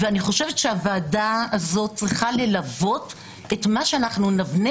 ואני חושבת שהוועדה הזו צריכה ללוות את מה שאנחנו נבנה